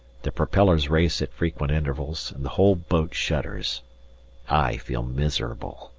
the propellers race at frequent intervals and the whole boat shudders i feel miserable.